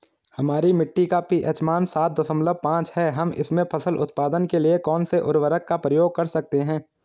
हमारी मिट्टी का पी.एच मान सात दशमलव पांच है हम इसमें फसल उत्पादन के लिए कौन से उर्वरक का प्रयोग कर सकते हैं?